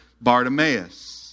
Bartimaeus